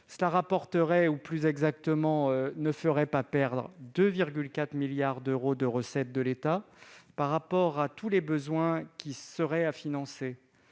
Cela rapporterait, ou plus exactement ne ferait pas perdre, 2,4 milliards d'euros de recettes à l'État. Au regard de tous les besoins qui seraient à financer-